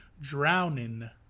drowning